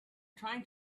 trying